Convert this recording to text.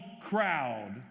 crowd